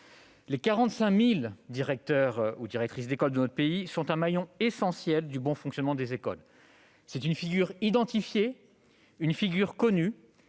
Les 45 000 directrices et directeurs d'école de notre pays sont un maillon essentiel du bon fonctionnement des écoles. Ils sont des figures identifiées et connues,